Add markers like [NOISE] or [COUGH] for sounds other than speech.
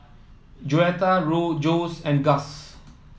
Joetta [UNINTELLIGIBLE] Jose and Gus